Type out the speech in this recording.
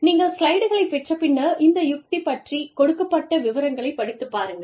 நீங்கள் ஸ்லைடுகளை பெற்ற பின்னர் இந்த யுக்தி பற்றிக் கொடுக்கப்பட்ட விவரங்களைப் படித்துப் பாருங்கள்